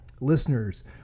listeners